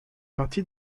partie